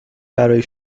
برای